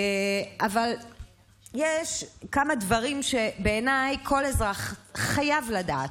אבל יש כמה דברים שבעיניי כל אזרח חייב לדעת,